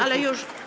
Ale już.